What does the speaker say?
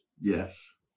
Yes